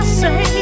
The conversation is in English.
say